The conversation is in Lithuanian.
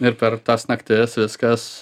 ir per tas naktis viskas